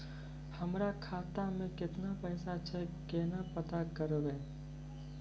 हमरा खाता मे केतना पैसा छै, केना पता करबै?